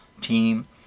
team